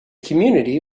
community